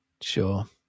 sure